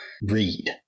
read